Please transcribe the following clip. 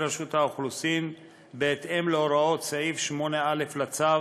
רשות האוכלוסין בהתאם להוראות סעיף 8א לצו